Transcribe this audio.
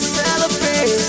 celebrate